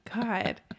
God